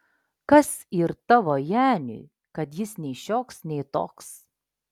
kas yr tavo janiui kad jis nei šioks nei toks